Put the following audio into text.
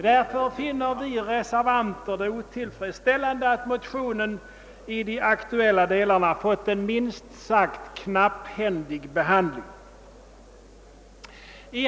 Därför finner vi reservanter det otillfredsställande att motionen i de aktuella delarna fått en minst sagt knapphändig behandling av utskottet.